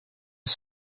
non